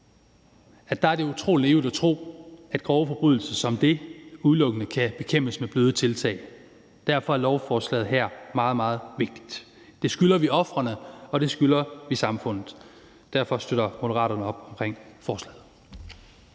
voldtægt er utrolig naivt at tro, at grove forbrydelser som det udelukkende kan bekæmpes med bløde tiltag, og derfor er lovforslaget her meget, meget vigtigt. Det skylder vi ofrene, og det skylder vi samfundet, og derfor støtter Moderaterne op omkring forslaget.